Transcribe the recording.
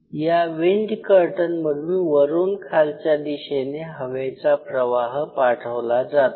या wind curtain मधून वरून खालच्या दिशेने हवेचा प्रवाह पाठवला जातो